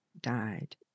died